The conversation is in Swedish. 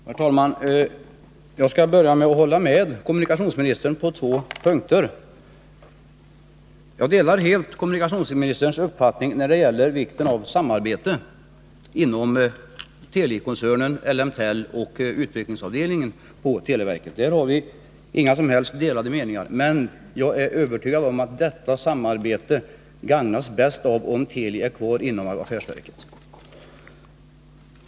Herr talman! Jag skall börja med att hålla med kommunikationsministern på två punkter. Jag delar helt hans uppfattning om vikten av samarbete mellan Teli, Ellemtel och utvecklingsavdelningen på televerket. Men jag är övertygad om att detta samarbete gagnas bäst av om Teli är kvar inom affärsverket.